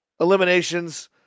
eliminations